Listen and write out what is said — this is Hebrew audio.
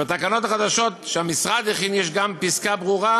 ובתקנות החדשות שהמשרד הכין יש גם פסקה ברורה